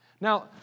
Now